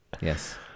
yes